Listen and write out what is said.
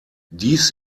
dies